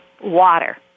water